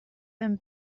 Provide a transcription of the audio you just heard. them